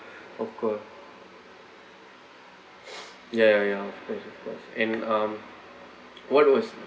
of course ya ya ya ya of course of course and um what was